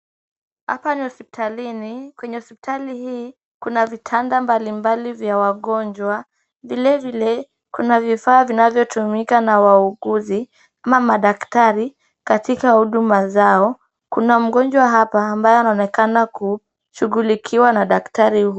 Hapa ni hospitalini, kwenye hospitali hii kuna vitanda mbalimbali vya wagonjwa. Vile vile kuna vifaa vinavyotumika na wauguzi ama madaktari katika huduma zao. Kuna mgonjwa hapa ambaye anaonekana kushughulikiwa na daktari huyu.